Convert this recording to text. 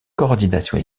coordination